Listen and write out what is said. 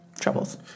troubles